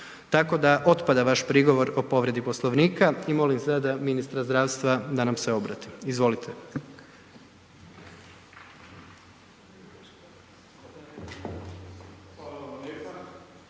Tako da otpada vaš prigovor o povredi Poslovnika i molim sada ministra zdravstva da nam se obrati. Izvolite.